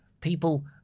People